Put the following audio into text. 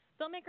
Filmmaker